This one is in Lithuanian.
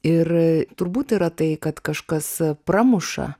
ir turbūt yra tai kad kažkas pramuša